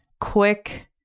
quick